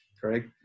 correct